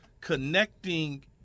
connecting